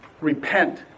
Repent